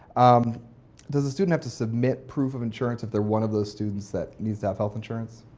um does a student have to submit proof of insurance if they're one of those students that needs to have health insurance?